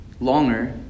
longer